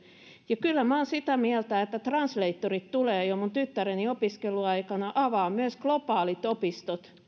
ja kyllä minä olen sitä mieltä että translatorit tulevat jo minun tyttäreni opiskeluaikana avaavat myös globaalit opistot